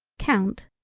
count,